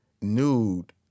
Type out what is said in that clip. nude